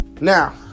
Now